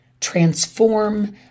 transform